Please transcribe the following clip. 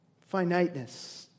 Finiteness